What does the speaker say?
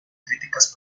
críticas